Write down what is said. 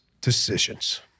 decisions